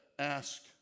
Ask